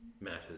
matters